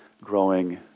growing